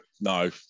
no